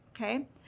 okay